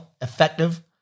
effective